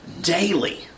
daily